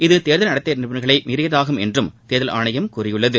இது தேர்தல் நடத்தை நெறிமுறைகளை மீறியதாகும் என்றும் தேர்தல் ஆணையம் கூறியுள்ளது